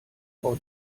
frau